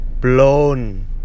blown